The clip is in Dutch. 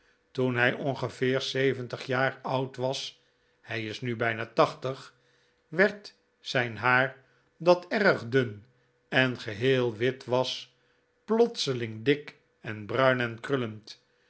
toen hij ongeveer zeventig jaar oud was hij is nu bijna tachtig werd zijn haar dat erg dun en geheel wit was plotseling dik en bruin en krullend